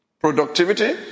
Productivity